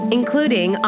including